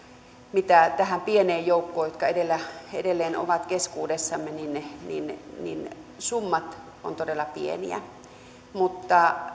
mitä on tehty tähän pieneen joukkoon joka edelleen on keskuudessamme niin summat ovat todella pieniä mutta